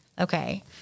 Okay